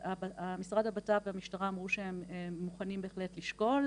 משרד הבט"פ והמשטרה אמרו שהם מוכנים בהחלט לשקול,